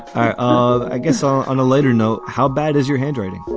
i guess on a lighter note, how bad is your handwriting?